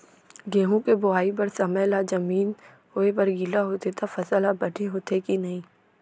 गेहूँ के बोआई बर समय ला जमीन होये बर गिला होथे त फसल ह बने होथे की नही?